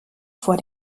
vor